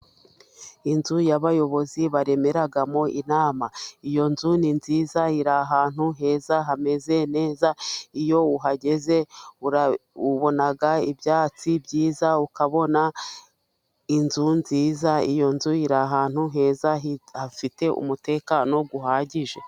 Inzu y'abayobozi baremeramo inama, iyo nzu ni nziza iri ahantu heza hameze neza, iyo uhageze ubona ibyatsi byiza, ukabona inzu nziza, iyo nzu iri ahantu heza hafite umutekano uhagije.